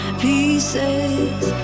pieces